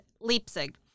Leipzig